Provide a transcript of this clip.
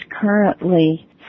currently